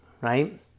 Right